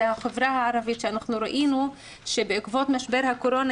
זה החברה הערבית שאנחנו ראינו שבעקבות משבר הקורונה